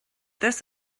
thus